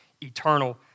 eternal